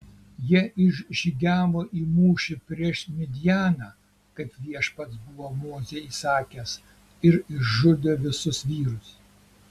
jie išžygiavo į mūšį prieš midjaną kaip viešpats buvo mozei įsakęs ir išžudė visus vyrus